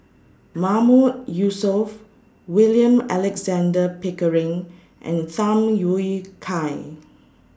Mahmood Yusof William Alexander Pickering and Tham Yui Kai